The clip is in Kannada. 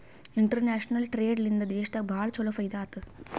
ಇಂಟರ್ನ್ಯಾಷನಲ್ ಟ್ರೇಡ್ ಲಿಂದಾ ದೇಶನಾಗ್ ಭಾಳ ಛಲೋ ಫೈದಾ ಆತ್ತುದ್